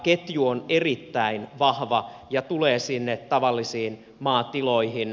ketju on erittäin vahva ja tulee sinne tavallisiin maatiloihin